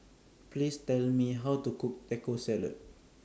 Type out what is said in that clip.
Please Tell Me How to Cook Taco Salad